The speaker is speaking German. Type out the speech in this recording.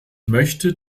möchte